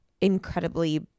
incredibly